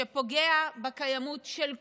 שפוגע בקיימות של כולנו,